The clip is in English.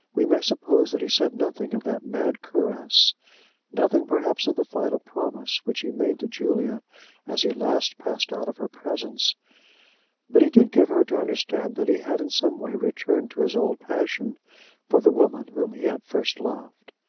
we may suppose that he said nothing of that mad caress nothing, perhaps, of the final promise which he made to julia as he last passed out of her presence but he did give her to understand that he had in some way returned to his old passion for the woman whom he had first loved.